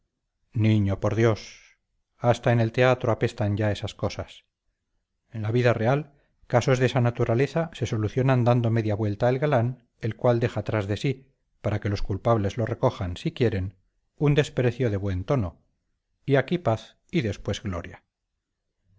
niño por dios hasta en el teatro apestan ya esas cosas en la vida real casos de esa naturaleza se solucionan dando media vuelta el galán el cual deja tras de sí para que los culpables lo recojan si quieren un desprecio de buen tono y aquí paz y después gloria